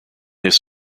his